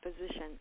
position